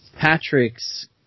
Patrick's